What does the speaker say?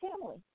family